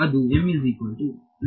ವಿದ್ಯಾರ್ಥಿ 0